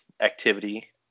activity